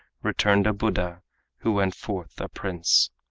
returned a buddha who went forth a prince.